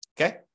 Okay